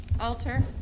Alter